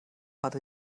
hatte